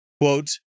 quote